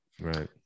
right